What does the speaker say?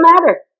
matter